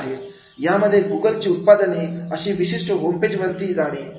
यामध्ये गुगलची उत्पादने अशा विशिष्ट होम पेज वरती घेणे